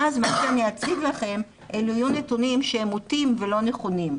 ואז מה שאני אציג לכם אלה יהיו נתונים שהם מוטים ולא נכונים.